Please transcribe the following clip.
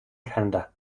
canada